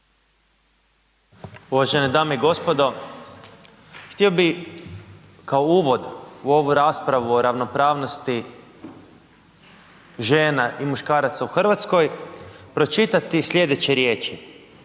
Uvažene dame i gospodo. Htio bih kao uvod u ovu raspravu o ravnopravnosti žena i muškaraca u Hrvatskoj, pročitati sljedeće riječi.